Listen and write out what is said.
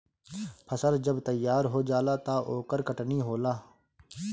फसल जब तैयार हो जाला त ओकर कटनी होला